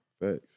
Facts